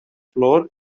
floor